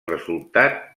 resultar